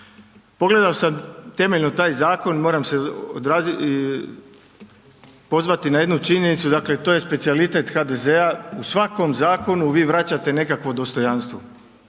Pogledao sam temeljno taj zakon i moram se pozvati na jednu činjenicu, dakle, to je specijalitet HDZ-a. U svakom zakonu vi vraćate nekakvo dostojanstvo.